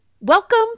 Welcome